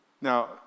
Now